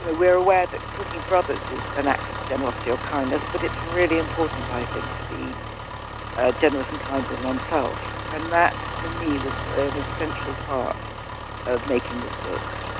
we're aware that cooking for others is an act of generosity or kindness. but it's really important i think to be ah generous and kind with oneself. and that for me was the central part of making this book